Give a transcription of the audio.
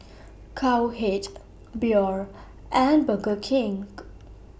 Cowhead Biore and Burger King